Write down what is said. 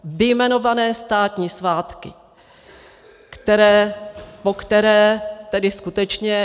Vyjmenované státní svátky, po které tedy skutečně...